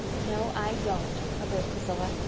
no, i don't, averred priscilla.